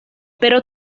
pero